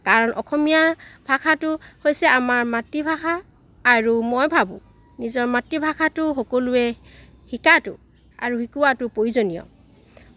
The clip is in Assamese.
কাৰণ অসমীয়া ভাষাটো হৈছে আমাৰ মাতৃভাষা আৰু মই ভাবোঁ নিজৰ মাতৃভাষাটো সকলোৱে শিকাটো আৰু শিকোৱাটো প্ৰয়োজনীয়